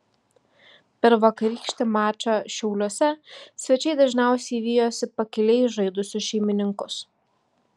per vakarykštį mačą šiauliuose svečiai dažniausiai vijosi pakiliai žaidusius šeimininkus